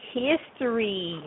history